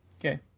okay